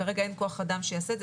כרגע אין כוח אדם שיעשה את זה,